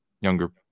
younger